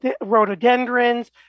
rhododendrons